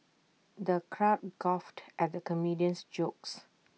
the crowd guffawed at the comedian's jokes